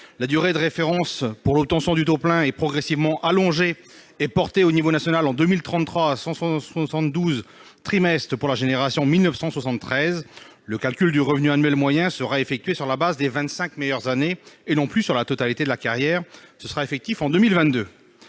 la durée de référence pour l'obtention du taux plein est progressivement allongée et portée au niveau national en 2033, soit 172 trimestres pour la génération 1973 ; enfin, en 2022, le revenu annuel moyen sera calculé sur la base des vingt-cinq meilleures années et non plus sur la totalité de la carrière. Malgré la volonté